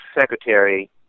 secretary